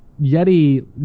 Yeti